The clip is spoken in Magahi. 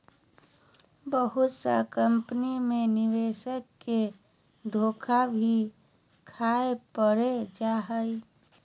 बहुत सा कम्पनी मे निवेशक के धोखा भी खाय पड़ जा हय